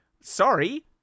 Sorry